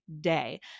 day